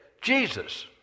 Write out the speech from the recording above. Jesus